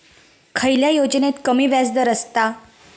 खयल्या योजनेत कमी व्याजदर असता?